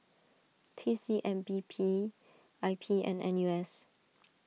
T C M B P I P and N U S